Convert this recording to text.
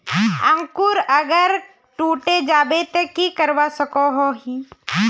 अंकूर अगर टूटे जाबे ते की करवा सकोहो ही?